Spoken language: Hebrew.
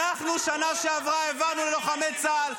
--- בשנה שעברה העברנו ללוחמי צה"ל,